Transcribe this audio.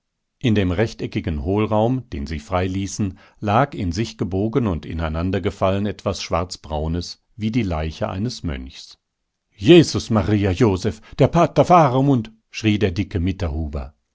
in dem rechteckigen hohlraum den sie freiließen lag in sich gebogen und ineinandergefallen etwas schwarzbraunes wie die leiche eines mönchs jesus maria josef der pater faramund schrie der dicke mitterhuber